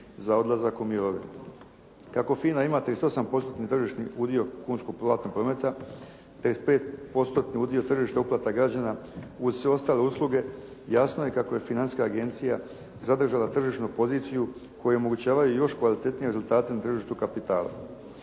za odlazak u mirovinu. Kako FINA ima 38 postotni tržišni udio kunskog platnog prometa, 55 postotni udio tržišta uplata građana uz sve ostale usluge jasno je kako je Financijska agencija zadržala tržišnu poziciju koji omogućavaju još kvalitetnije rezultate na tržištu kapitala.